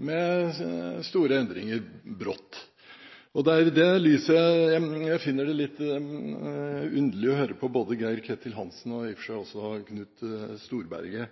med store endringer brått. Det er i det lyset jeg finner det litt underlig å høre på Geir-Ketil Hansen og i og for seg også Knut Storberget.